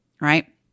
Right